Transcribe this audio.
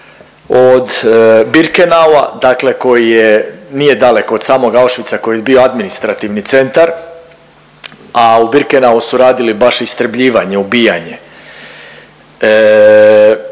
od Birkenaua koji je nije daleko od samog Auschwitza koji je bio administrativni centar, a u Birkenau su radili baš istrebljivanje, ubijanje.